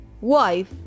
wife